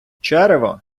черево